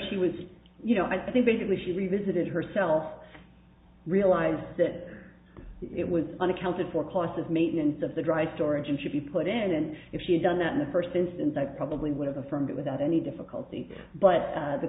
she was you know i think basically she revisited herself realized that it was unaccounted for cost of maintenance of the dry storage and should be put in and if she had done that in the first instance i probably would have affirmed it without any difficulty but